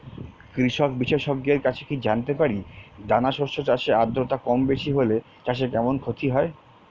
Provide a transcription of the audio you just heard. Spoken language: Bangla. কৃষক বিশেষজ্ঞের কাছে কি জানতে পারি দানা শস্য চাষে আদ্রতা কমবেশি হলে চাষে কেমন ক্ষতি হয়?